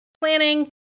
planning